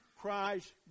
Christ